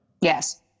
yes